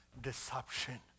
deception